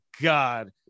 God